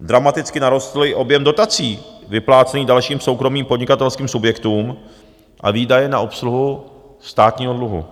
Dramaticky narostl i objem dotací vyplácených dalším soukromým podnikatelským subjektům a výdaje na obsluhu státního dluhu.